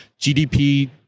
GDP